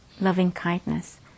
loving-kindness